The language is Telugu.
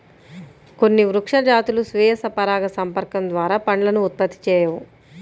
కొన్ని వృక్ష జాతులు స్వీయ పరాగసంపర్కం ద్వారా పండ్లను ఉత్పత్తి చేయవు